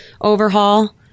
overhaul